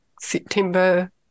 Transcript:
September